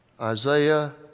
Isaiah